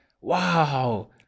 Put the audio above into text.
wow